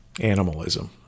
animalism